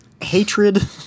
hatred